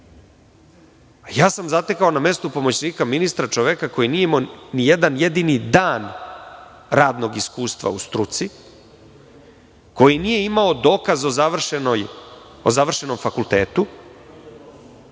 ja sam zatekao na mestu pomoćnika ministra čoveka koji nije imao ni jedan jedini dan radnog iskustva u struci, koji nije imao dokaz o završenom fakultetu